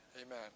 Amen